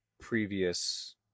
previous